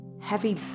Heavy